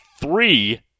three